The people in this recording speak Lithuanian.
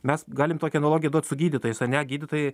mes galim tokią analogiją duot su gydytojais ane gydytojai